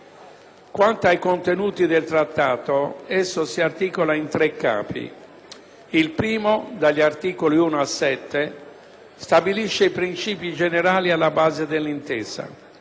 Quanto ai contenuti del Trattato, esso si articola in tre Capi. Il primo, dagli articoli 1 a 7, stabilisce i princìpi generali alla base dell'intesa.